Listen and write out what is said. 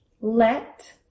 Let